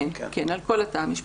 כן, על כל התא המשפחתי.